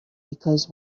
because